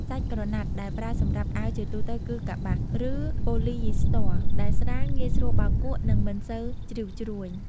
សាច់ក្រណាត់ដែលប្រើសម្រាប់អាវជាទូទៅគឺ កប្បាស ឬប៉ូលីយីស្ទ័រ ដែលស្រាល ងាយស្រួលបោកគក់ និងមិនសូវជ្រីវជ្រួញ។